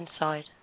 inside